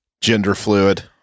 Gender-fluid